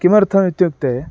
किमर्थमित्युक्ते